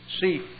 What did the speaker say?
See